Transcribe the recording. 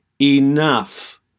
enough